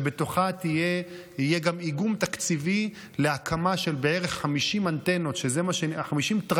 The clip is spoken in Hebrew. שבתוכה יהיה גם איגום תקציבי להקמה של כ-50 תרנים,